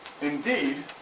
Indeed